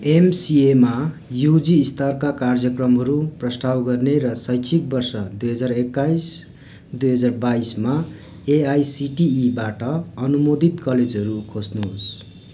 एमसिएमा UG स्तरका कार्यक्रमहरू प्रस्ताव गर्ने र शैक्षिक वर्ष दुई हजार एक्काइस दुई हजार बाइसमा एआइसिटिईबाट अनुमोदित कलेजहरू खोज्नुहोस्